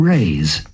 Raise